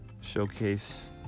showcase